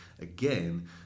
again